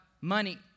money